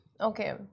Okay